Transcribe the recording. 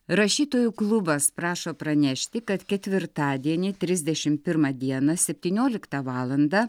rašytojų klubas prašo pranešti kad ketvirtadienį trisdešimt pirmą dieną septynioliktą valandą